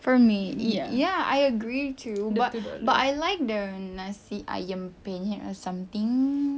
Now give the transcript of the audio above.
for me ya I agree too but I like the nasi ayam penyet or something